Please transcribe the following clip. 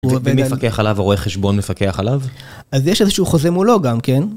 ומי מפקח עליו, הרואה חשבון מפקח עליו? אז יש איזשהו חוכמולוג גם, כן?